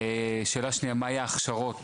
שאלה שנייה, מה ההכשרות